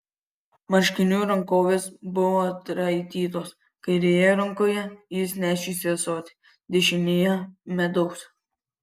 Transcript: marškinių rankovės buvo atraitytos kairėje rankoje jis nešėsi ąsotį dešinėje medaus